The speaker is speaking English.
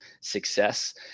success